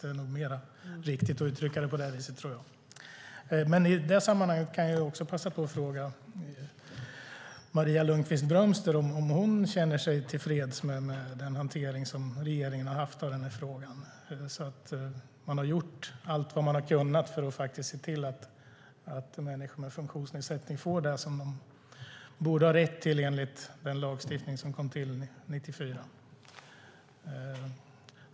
Det är nog mer riktigt att uttrycka det på det viset. I det sammanhanget kan jag också passa på att fråga Maria Lundqvist-Brömster om hon känner sig tillfreds med regeringens hantering av frågan. Har man gjort allt vad man har kunnat för att se till att människor med funktionsnedsättning får det som de borde ha rätt till enligt den lagstiftning som kom till 1994?